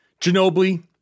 Ginobili